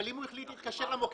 אבל אם הוא החליט להתקשר למוקד,